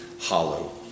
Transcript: hollow